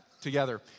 together